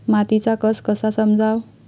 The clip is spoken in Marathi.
मातीचा कस कसा समजाव?